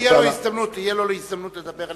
תהיה לו הזדמנות לדבר,